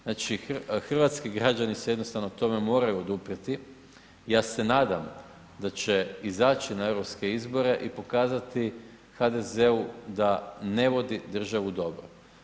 Znači, hrvatski građani se jednostavno tome moraju oduprijeti, ja se nadam da će izaći na europske izbore i pokazati HDZ-u da ne vodi državu dobro.